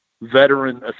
veteran